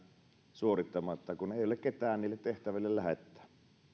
suorittamatta kun ei ole ketään niihin tehtäviin lähettää